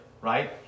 right